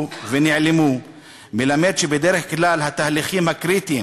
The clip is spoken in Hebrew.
ונעלמו מלמד שבדרך כלל התהליכים הקריטיים